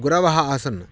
गुरवः आसन्